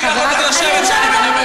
חברת הכנסת מירב בן ארי.